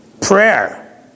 Prayer